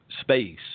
space